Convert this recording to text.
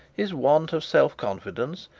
his want of self-confidence,